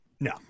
No